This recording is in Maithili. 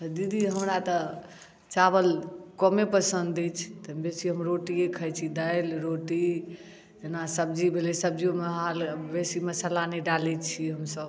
दीदी हमरा तऽ चावल कमे पसन्द अछि तऽ बेसी हम रोटिए खाइ छी दालि रोटी जेना सब्जी भेलै सब्जियो मे बेसी मशाला नहि डालै छी हमसब